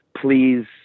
please